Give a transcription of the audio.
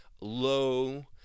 low